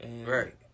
Right